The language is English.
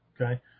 Okay